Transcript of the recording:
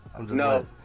No